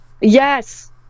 Yes